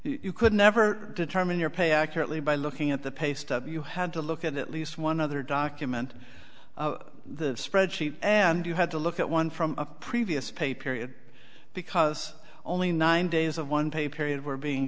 you could never determine your pay accurately by looking at the pay stub you had to look at least one other document the spreadsheet and you had to look at one from a previous pay period because only nine days of one pay period were being